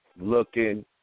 looking